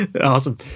awesome